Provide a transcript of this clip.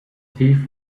thief